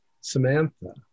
samantha